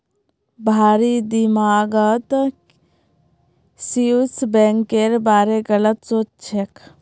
भारिर दिमागत स्विस बैंकेर बारे गलत सोच छेक